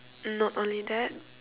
not only that